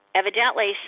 evidently